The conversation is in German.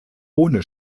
ohne